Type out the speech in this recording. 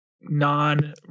non